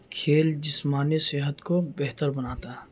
کھیل جسمانی صحت کو بہتر بناتا ہے